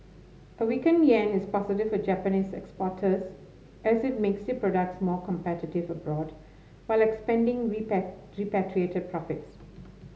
a weaking yen is positive for Japanese exporters as it makes their products more competitive abroad while expanding repat repatriated profits